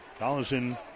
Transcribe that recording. Collison